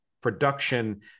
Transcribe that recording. production